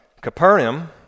Capernaum